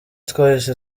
twahise